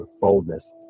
boldness